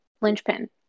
linchpin